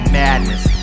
madness